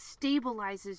stabilizes